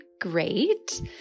great